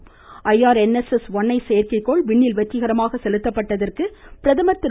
ஐசுளேளு ழநெ ஐ செயற்கைக்கோள் விண்ணில் வெற்றிகரமாக செலுத்தப்பட்டதற்கு பிரதமா் திரு